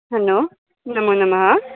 hello नमो नमः